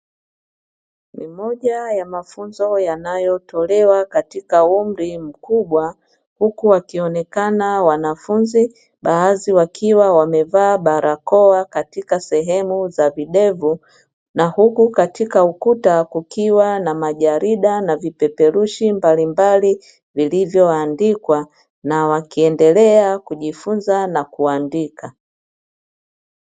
Ni moja ya mafunzo yanayotolewa katika umri mkubwa huku wakionekana wanafunzi baadhi wakiwa wamevaa barakoa katika sehemu za videvu na huku katika ukuta kukiwa na majarida na vipeperushi mbalimbali walivyoandika na wakiendelea kujifunza na kuandika.